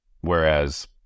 whereas